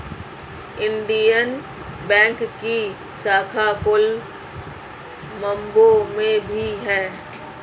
Indian Bank की शाखा कोलम्बो में भी है